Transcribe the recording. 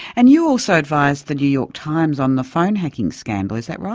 and you also advised the new york times on the phone hacking scandal, is that right?